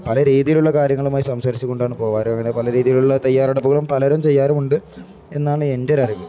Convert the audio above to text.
പല രീതിയിലുള്ള കാര്യങ്ങളുമായി സംസാരിച്ചുകൊണ്ടാണു പോവാറ് അങ്ങനെ പല രീതിയിലുള്ള തയ്യാറെടപ്പുകളും പലരും ചെയ്യാറുമുണ്ട് എന്നാണ് എൻ്റൊരറിവ്